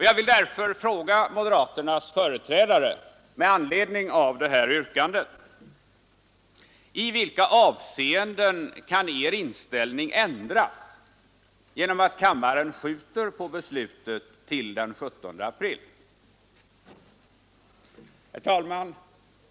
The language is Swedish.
Jag vill därför fråga moderaternas företrädare, med anledning av det framställda yrkandet: I vilka avseenden kan er inställning ändras genom att kammaren skjuter på beslutet till den 17 april? Herr talman!